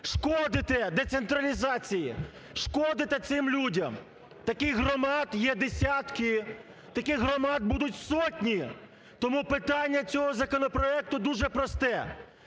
шкодите децентралізації, шкодите цим людям. Таких громад є десятки, таких громад будуть сотні. Тому питання цього законопроекту дуже просте